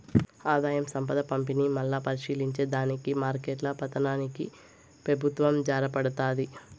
ఆదాయం, సంపద పంపిణీ, మల్లా పరిశీలించే దానికి మార్కెట్ల పతనానికి పెబుత్వం జారబడతాది